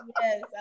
Yes